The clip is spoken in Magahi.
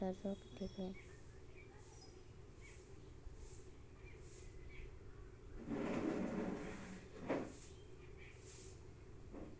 सरिस घोरोत कब तक राखुम जाहा लात्तिर मोर सरोसा ठिक रुई?